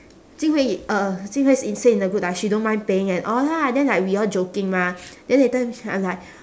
jing hui uh jing hui in the group lah she don't mind paying at all lah then like we all joking mah then later I'm like